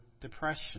depression